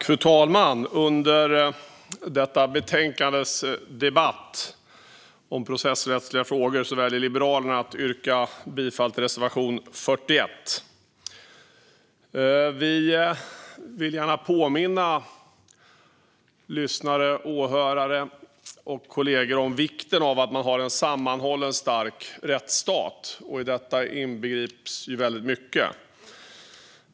Fru talman! Under denna debatt om betänkandet P rocessrättsliga frågor väljer jag att för Liberalernas räkning yrka bifall till reservation 41. Vi vill gärna påminna åhörare och kollegor om vikten av att ha en sammanhållen, stark rättsstat. I detta inbegrips väldigt mycket.